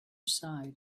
side